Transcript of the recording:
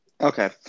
Okay